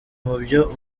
mubyo